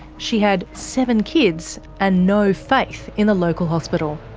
she had seven kids and no faith in the local hospital.